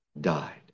died